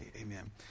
Amen